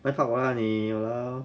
backup 我 lah 你 !walao!